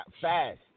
fast